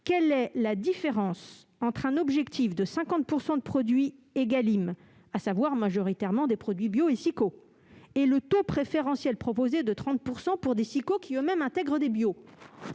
quelle est la différence entre un objectif de 50 % de produits Égalim, à savoir majoritairement des produits bio et SIQO, et le taux préférentiel proposé de 30 % pour des SIQO qui, eux-mêmes, intègrent des bio ?